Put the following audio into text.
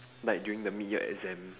like during the mid-year exam